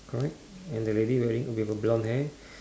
correct and the lady wearing with a blonde hair